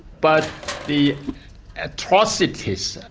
but the atrocities.